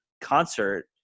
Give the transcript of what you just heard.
concert